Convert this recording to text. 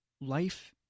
life